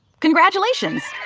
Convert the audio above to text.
congratulations.